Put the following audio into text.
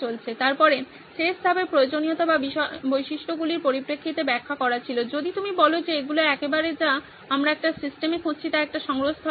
তারপরে শেষ ধাপে প্রয়োজনীয়তা বা বৈশিষ্ট্যগুলির পরিপ্রেক্ষিতে ব্যাখ্যা করা ছিল যদি তুমি বলো যে এগুলি একেবারে যা আমরা একটি সিস্টেমে খুঁজছি তা একটি সংগ্রহস্থল কিনা